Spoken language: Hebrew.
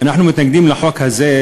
אנחנו מתנגדים לחוק הזה,